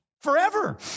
forever